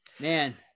Man